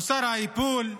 הוסר האיפול,